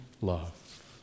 love